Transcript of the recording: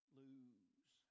lose